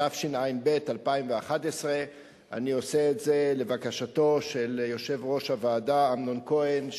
התשע"ב 2011. אני מזמין את חבר הכנסת אמנון כהן,